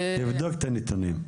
תבדוק את הנתונים.